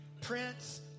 Prince